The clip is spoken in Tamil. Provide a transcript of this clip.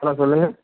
ஹலோ சொல்லுங்கள்